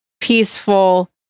peaceful